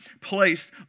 placed